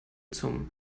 zum